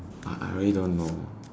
I I really don't know